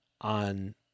on